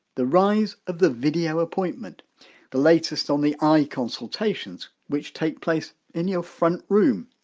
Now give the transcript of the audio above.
the rise of the video appointment the latest on the eye consultations which take place in your front room.